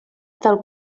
del